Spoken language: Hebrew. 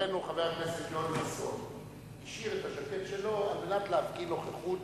חברנו חבר הכנסת יואל חסון השאיר את הז'קט שלו על מנת להפגין נוכחות